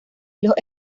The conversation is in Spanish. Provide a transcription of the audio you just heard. los